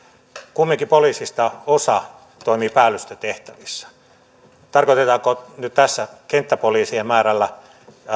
kumminkin poliiseista osa toimii päällystötehtävissä tarkoitetaanko tässä nyt kenttäpoliisien määrällä